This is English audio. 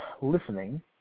listening